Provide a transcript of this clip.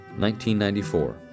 1994